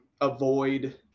avoid